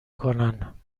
کنن